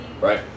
Right